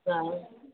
हा